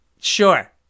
Sure